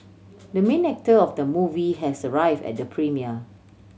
the main actor of the movie has arrive at the premiere